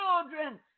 children